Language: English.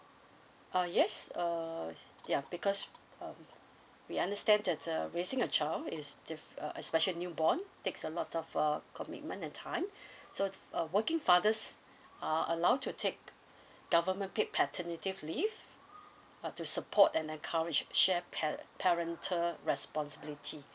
uh yes err ya because um we understand that uh raising a child is diff uh especially newborn takes a lot of uh commitment and time so uh working fathers are allowed to take government paid paternity leave uh to support and encourage share pair parental responsibility